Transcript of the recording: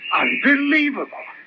unbelievable